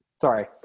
Sorry